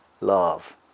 love